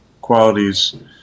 qualities